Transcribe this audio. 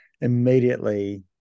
immediately